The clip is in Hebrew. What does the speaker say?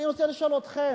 אני רוצה לשאול אתכם,